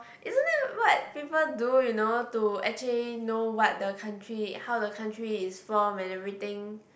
isn't it what people do you know to actually know what the country how the country is formed and everything